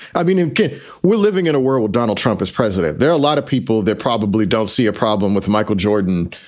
i mean, you were living in a world donald trump as president. there are a lot of people there probably don't see a problem with michael jordan,